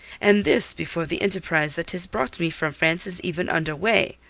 and this before the enterprise that has brought me from france is even under way!